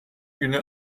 günü